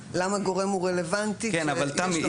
למה גורם הוא רלוונטי --- תמי,